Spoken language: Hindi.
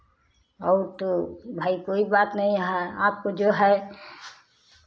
और तो भाई कोई बात नहीं है आपको जो है